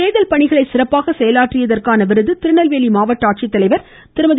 தேர்தல் பணிகளை சிறப்பாக செயலாற்றியதற்கான விருகி திருநெல்வேலி மாவட்ட ஆட்சித்தலைவர் திருமதி